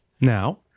Now